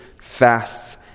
fasts